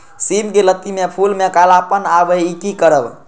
सिम के लत्ती में फुल में कालापन आवे इ कि करब?